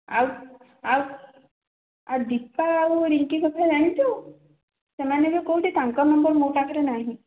ଆଉ ଆଉ ଆଉ ଦୀପା ଆଉ ରିଙ୍କି କଥା ଜାଣିଛୁ ସେମାନେ ଏବେ କେଉଁଠି ତାଙ୍କ ନମ୍ୱର ମୋ ପାଖରେ ନାହିଁ